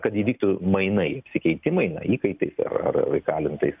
kad įvyktų mainai apsikeitimai na įkaitais ar ar įkalintais